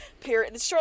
Period